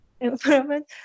environment